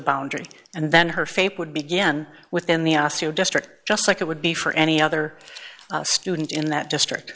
boundary and then her fate would begin within the osteo district just like it would be for any other student in that district